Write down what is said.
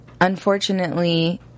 unfortunately